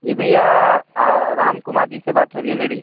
जी भैया राम कुमार जी से बात हो रही है मेरी